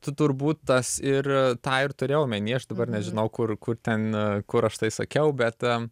tu turbūt tas ir tą ir turėjai omeny aš dabar nežinau kur kur ten kur aš tai sakiau bet a